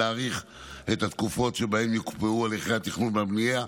להאריך את התקופות שבהן יוקפאו הליכי התכנון והבנייה,